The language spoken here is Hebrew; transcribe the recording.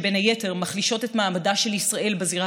שבין היתר מחלישות את מעמדה של ישראל בזירה